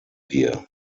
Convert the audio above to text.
wir